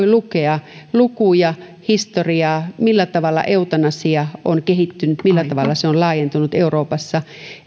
lukea lukuja historiaa millä tavalla eutanasia on kehittynyt millä tavalla se on laajentunut euroopassa